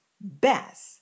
best